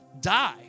die